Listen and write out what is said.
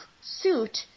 suit